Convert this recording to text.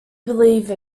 believe